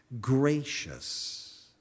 Gracious